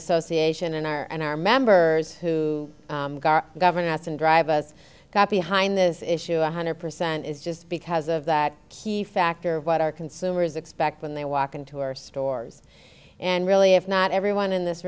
association and our and our members who govern us and drive us got behind this issue one hundred percent is just because of that key factor of what our consumers expect when they walk into our stores and really if not everyone in this